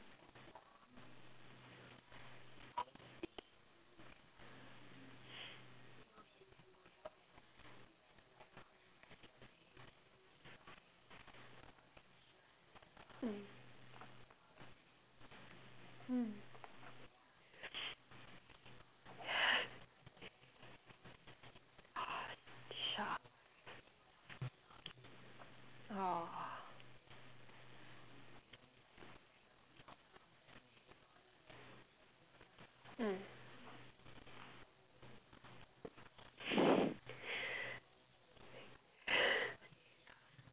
mm mm !aww! shucks !whoa! mm